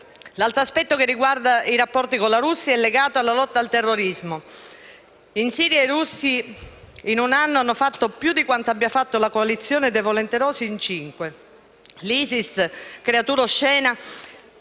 L'altro aspetto che riguarda i rapporti con la Russia è legato alla lotta al terrorismo. Infine i russi, in un anno, hanno fatto più di quanto abbia fatto la "coalizione dei volenterosi" in cinque. L'ISIS, creatura oscena,